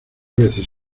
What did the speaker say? veces